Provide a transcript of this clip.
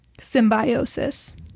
symbiosis